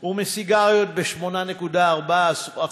ומסיגריות, ב-8.4%,